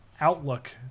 outlook